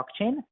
blockchain